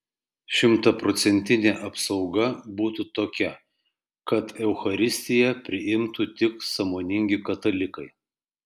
šimtaprocentinė apsauga būtų tokia kad eucharistiją priimtų tik sąmoningi katalikai